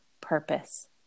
purpose